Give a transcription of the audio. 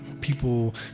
people